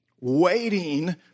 waiting